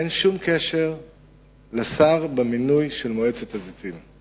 אין שום קשר לשר במינוי של מועצת הזיתים.